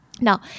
Now